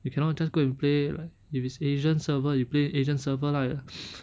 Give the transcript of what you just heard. you cannot just go and play like if it's asian server you play asian server lah